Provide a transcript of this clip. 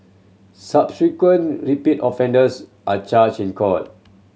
subsequent repeat offenders are charged in court